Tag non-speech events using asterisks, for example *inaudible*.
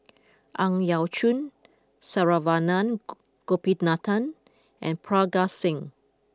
Ang Yau Choon Saravanan *noise* Gopinathan and Parga Singh